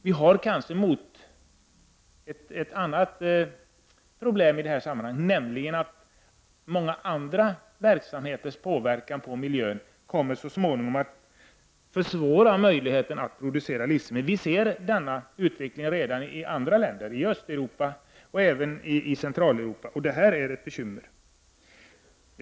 Vi har kanske ett annat problem i sammanhanget, nämligen att många andra verksamheters påverkan på miljön så småningom kommer att försvåra möjligheten att producera livsmedel. Vi ser redan denna utveckling i andra länder — i Östeuropa och även i Centraleuropa. Detta är ett bekymmer.